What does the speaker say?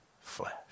flesh